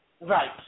Right